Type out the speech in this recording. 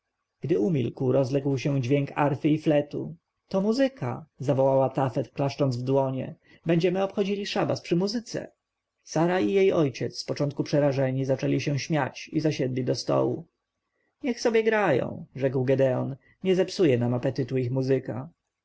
gdy umilkł rozległ się dźwięk arfy i fletu to muzyka zawołała tafet klaszcząc w ręce będziemy obchodzili szabas przy muzyce sara i jej ojciec z początku przerażeni zaczęli się śmiać i zasiedli do stołu niech sobie grają rzekł gedeon nie zepsuje nam apetytu ich muzyka